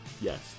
Yes